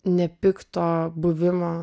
nepikto buvimo